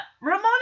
Ramona